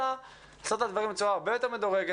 אלא לעשות את הדברים בצורה הרבה יותר מדורגת,